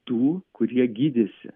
tų kurie gydėsi